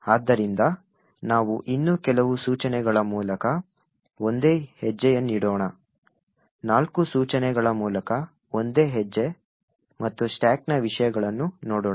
ಆದ್ದರಿಂದ ನಾವು ಇನ್ನೂ ಕೆಲವು ಸೂಚನೆಗಳ ಮೂಲಕ ಒಂದೇ ಹೆಜ್ಜೆಯನ್ನಿಡೋಣ ನಾಲ್ಕು ಸೂಚನೆಗಳ ಮೂಲಕ ಒಂದೇ ಹೆಜ್ಜೆ ಮತ್ತು ಸ್ಟಾಕ್ನ ವಿಷಯಗಳನ್ನು ನೋಡೋಣ